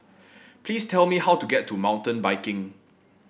please tell me how to get to Mountain Biking